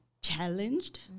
challenged